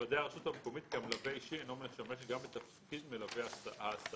תוודא הרשות המקומית כי המלווה האישי אינו משמש גם בתפקיד מלווה הסעה.